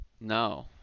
No